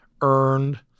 earned